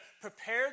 prepare